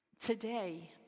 today